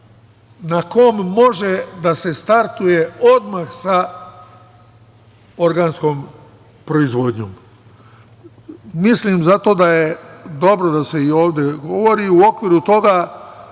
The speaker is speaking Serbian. na kome može da se startujte odmah sa organskom proizvodnjom. Zato je dobro da se i ovde govori. U okviru toga